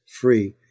free